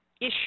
issue